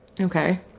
Okay